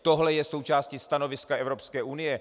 Tohle je součástí stanoviska Evropské unie.